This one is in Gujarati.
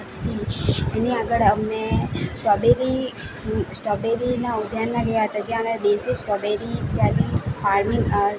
હતી એની આગળ અમને સ્ટ્રોબેરી સ્ટ્રોબેરીના ઉદ્યાનમાં ગયા હતા જ્યાં અમે દેશી સ્ટ્રોબેરી જેવી ફાર્મિંગ